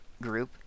group